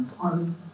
on